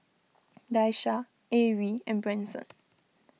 Daisha Arie and Branson